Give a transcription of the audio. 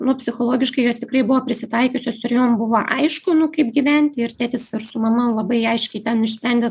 nu psichologiškai jos tikrai buvo prisitaikiusios ir jom buvo aišku nu kaip gyventi ir tėtis ir su mama labai aiškiai ten išsprendė